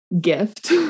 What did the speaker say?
gift